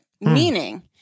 meaning